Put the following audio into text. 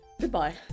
Goodbye